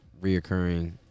reoccurring